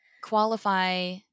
qualify